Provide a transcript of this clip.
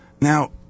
Now